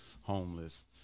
homeless